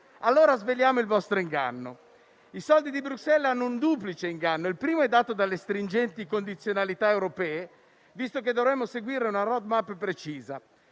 mai, sveliamo il vostro inganno. I soldi di Bruxelles hanno un duplice inganno: il primo dei quali dato dalle stringenti condizionalità europee, visto che dovremo seguire una *road map* precisa.